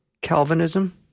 Calvinism